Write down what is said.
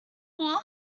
war